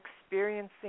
experiencing